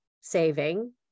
saving